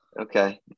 Okay